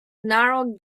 narrow